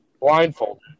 blindfolded